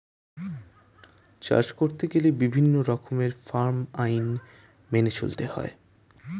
চাষ করতে গেলে বিভিন্ন রকমের ফার্ম আইন মেনে চলতে হয়